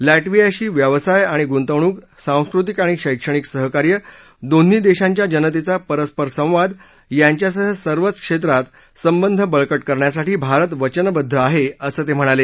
लॅटवियाशी व्यवसाय आणि गुंतवणूक सांस्कृतिक आणि शक्तिक सहकार्य दोन्ही देशांच्या जनतेचा परस्परसंवाद यांच्यासह सर्वच क्षेत्रात संबंध बळकट करण्यासाठी भारत वचनबद्ध आहे असं ते म्हणाले